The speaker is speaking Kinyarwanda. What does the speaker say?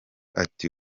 ati